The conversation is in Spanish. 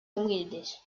humildes